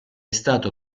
stato